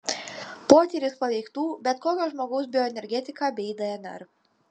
potyris paveiktų bet kokio žmogaus bioenergetiką bei dnr